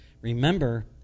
Remember